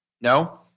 No